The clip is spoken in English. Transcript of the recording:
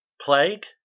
plague